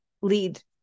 lead